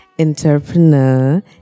entrepreneur